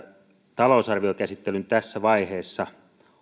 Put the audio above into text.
talousarviokäsittelyn tässä vaiheessa